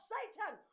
Satan